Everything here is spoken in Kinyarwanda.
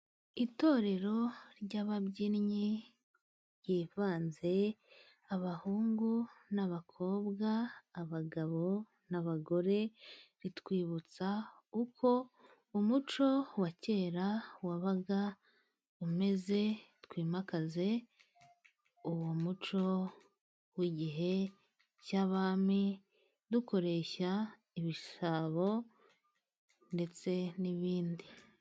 Itorero ry'ababyinnyi ryivanze abahungu n'abakobwa, abagabo n'abagore, ritwibutsa uko umuco wa kera wabaga umeze. Twimakaze uwo muco w'igihe cy'abami dukoresha ibisabo ndetse n'ibindi.